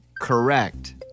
Correct